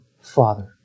Father